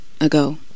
ago